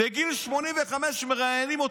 בגיל 85 מראיינים אותו.